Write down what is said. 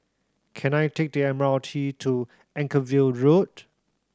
can I take the M R T to Anchorvale Road